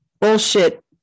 bullshit